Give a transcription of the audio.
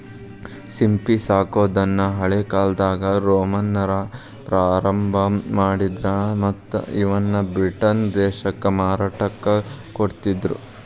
ಸಿಂಪಿ ಸಾಕೋದನ್ನ ಹಳೇಕಾಲ್ದಾಗ ರೋಮನ್ನರ ಪ್ರಾರಂಭ ಮಾಡಿದ್ರ ಮತ್ತ್ ಇವನ್ನ ಬ್ರಿಟನ್ ದೇಶಕ್ಕ ಮಾರಾಟಕ್ಕ ಕೊಡ್ತಿದ್ರು